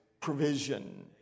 provision